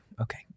Okay